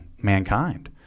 mankind